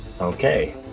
Okay